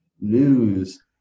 news